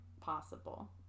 possible